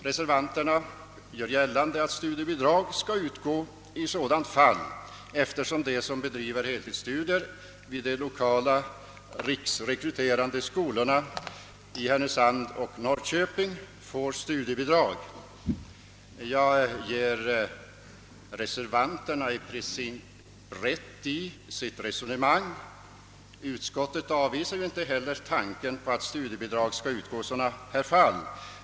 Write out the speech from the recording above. Reservanterna gör gällande att studiebidrag skall utgå i så dant fall, eftersom de som bedriver heltidsstudier vid de lokala riksrekryterande skolorna i Härnösand och Norrköping får studiebidrag. Jag ger i princip reservanterna rätt i detta resonemang. Utskottet avvisar inte heller tanken på att studiebidrag skall utgå i sådana här fall.